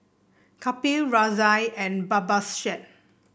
Kapil Razia and Babasaheb